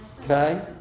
Okay